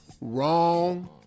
Wrong